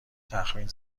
تخمین